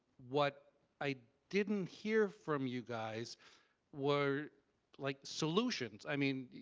what i didn't hear from you guys were like solutions. i mean,